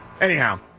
Anyhow